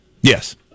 Yes